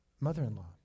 mother-in-law